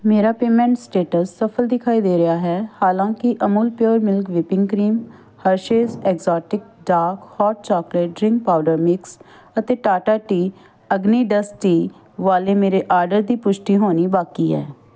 ਮੇਰਾ payment status ਸਫਲ ਦਿਖਾਈ ਦੇ ਰਿਹਾ ਹੈ ਹਾਲਾਂਕਿ Amul pure milk whipping cream Hershey's exotic dark hot chocolate drink powder mix ਅਤੇ Tata tea Agni dust tea ਵਾਲੇ ਮੇਰੇ ਆਡਰ ਦੀ ਪੁਸ਼ਟੀ ਹੋਣੀ ਬਾਕੀ ਹੈ